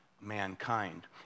mankind